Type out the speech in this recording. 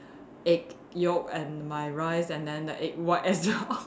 egg yolk and my rice and then the egg white and the om~